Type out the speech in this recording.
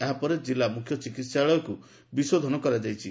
ଏହା ପରେ ଜିଲ୍ଲା ମ୍ଖ୍ୟ ଚିକିହାଳୟକୁ ବିଶୋଧନ କରାଯାଇଛି